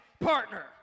partner